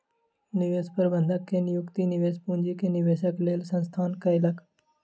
निवेश प्रबंधक के नियुक्ति निवेश पूंजी के निवेशक लेल संस्थान कयलक